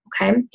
okay